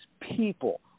people